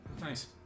Nice